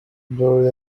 blurred